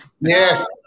Yes